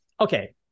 okay